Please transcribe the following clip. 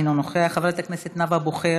אינו נוכח, חברת הכנסת נאוה בוקר,